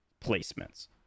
placements